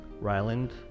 Ryland